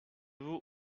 vous